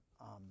amen